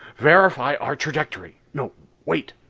verify our trajectory no wait.